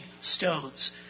stones